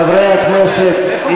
חברי הכנסת,